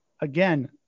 Again